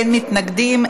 אין מתנגדים,